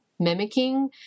mimicking